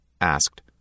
asked